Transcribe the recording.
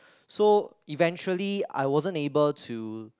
so eventually I wasn't able to